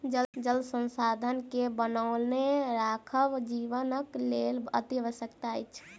जल संसाधन के बनौने राखब जीवनक लेल अतिआवश्यक अछि